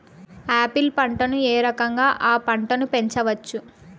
Apple పంటను ఏ రకంగా అ పంట ను పెంచవచ్చు?